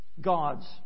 God's